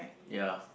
ya